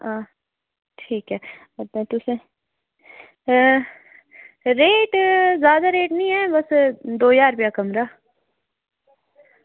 आं ठीक ऐ पर तुसें रेही जादै रेट निं ऐ इयै दौ ज्हार रपेआ कमरा